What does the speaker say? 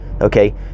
Okay